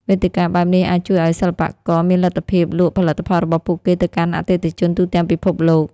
វេទិកាបែបនេះអាចជួយឱ្យសិល្បករមានលទ្ធភាពលក់ផលិតផលរបស់ពួកគេទៅកាន់អតិថិជនទូទាំងពិភពលោក។